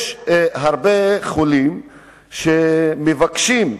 יש הרבה חולים שמבקשים,